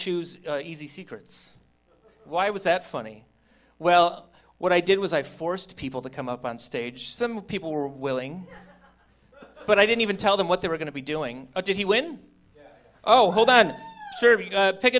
choose easy secrets why was that funny well what i did was i forced people to come up on stage some people were willing but i didn't even tell them what they were going to be doing or did he win oh hold on